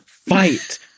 fight